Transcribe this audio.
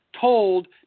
told